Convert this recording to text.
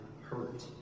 hurt